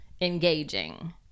engaging